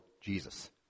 Jesus